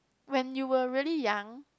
when you were really young